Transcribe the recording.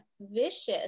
vicious